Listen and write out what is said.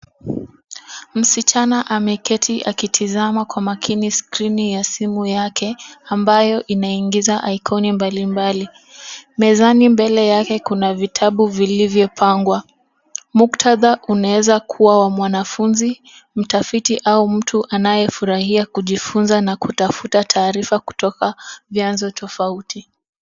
Msichana ameketi akitizama kwa makini skrini ya simu yake ambayo inaingiza ikoni mbalimbali. Mezani mbele yake kuna vitabu vilivyopangwa. Muktadha unaweza kuwa wa mwanafunzi, mtafiti au mtu anayefurahia kujifunza na kutafuta taarifa kutoka vyanzo tofauti.